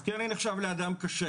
כי אני נחשב לאדם קשה.